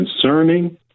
concerning